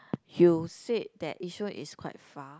you said that issue is quite far